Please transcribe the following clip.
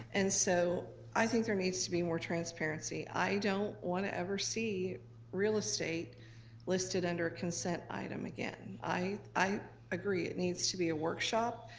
and so i think there needs to be more transparency. i don't wanna ever see real estate listed under consent item again. i i agree, it needs to be a workshop.